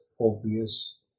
obvious